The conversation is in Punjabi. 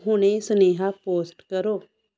ਹੁਣੇ ਹੀ ਸੁਨੇਹਾ ਪੋਸਟ ਕਰੋ